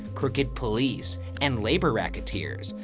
crooked police, and labor racketeers.